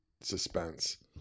suspense